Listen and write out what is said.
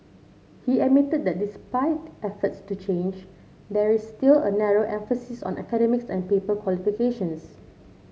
he admitted that despite efforts to change there is still a narrow emphasis on academics and paper qualifications